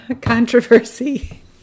controversy